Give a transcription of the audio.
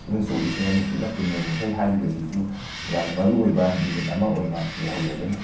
ꯏꯪ ꯁꯣꯛ ꯂꯤꯁꯤꯡ ꯑꯅꯤ ꯁꯨꯞꯅ ꯀꯨꯟꯒꯅꯤꯊꯣꯏ ꯍꯥꯏꯔꯤꯕ ꯑꯁꯤꯁꯨ ꯌꯥꯝꯅ ꯃꯔꯨ ꯑꯣꯏꯕ ꯑꯃ ꯑꯣꯏꯅ ꯂꯩꯍꯧꯔꯒꯅꯤ